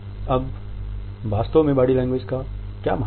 अब वास्तव में बॉडी लैंग्वेज का क्या महत्व है